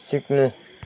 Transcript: सिक्नु